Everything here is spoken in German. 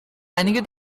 einige